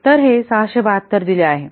तर हे 672 दिले आहे